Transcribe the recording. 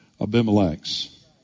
Abimelechs